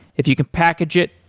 if you can package it,